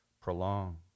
prolong